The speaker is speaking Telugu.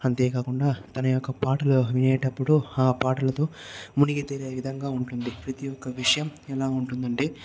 అంతేకాకుండా తన యొక్క పాటలు వినేటప్పుడు ఆ పాటలతో మునిగితేలే విధంగా ఉంటుంది ప్రతి ఒక్క విషయం ఎలా ఉంటుంది అంటే